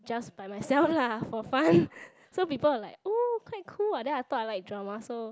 just by myself lah for fun so people were like oh quite cool what then I thought I like drama so